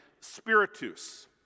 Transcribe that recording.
spiritus